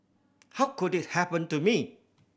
how could it happen to me